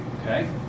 okay